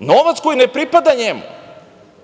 Novac koji ne pripada njemu,